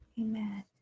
Amen